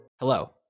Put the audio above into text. Hello